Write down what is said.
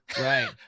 Right